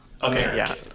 American